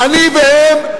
אני והם,